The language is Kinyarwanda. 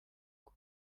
ngo